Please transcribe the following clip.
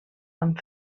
amb